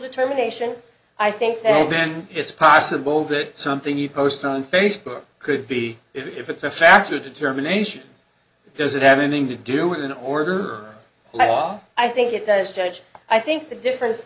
determination i think then it's possible that something you'd post on facebook could be if it's a factor determination does it have anything to do with an order law i think it does judge i think the difference